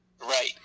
Right